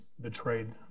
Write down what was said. betrayed